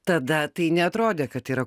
tada tai neatrodė kad yra